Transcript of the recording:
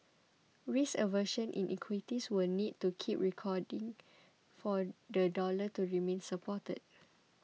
risk aversion in equities will need to keep receding for the dollar to remain supported